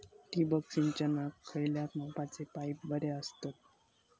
ठिबक सिंचनाक खयल्या मापाचे पाईप बरे असतत?